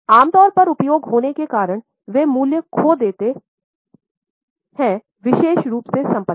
आम तौर पर उपयोग होनें क़े कारण वे मूल्य खो देत विशेष रूप से संपत्ति